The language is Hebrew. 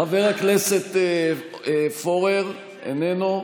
חבר הכנסת פורר, איננו,